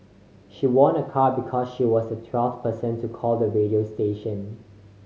she won a car because she was the twelfth person to call the radio station